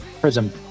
Prism